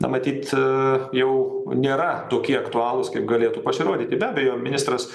na matyt jau nėra tokie aktualūs kaip galėtų pasirodyti be abejo ministras